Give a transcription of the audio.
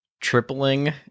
tripling